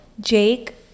jake